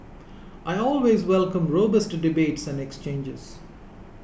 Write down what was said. I always welcome robust debates and exchanges